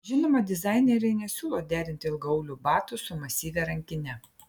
žinoma dizaineriai nesiūlo derinti ilgaaulių batų su masyvia rankine